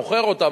מוכר אותה,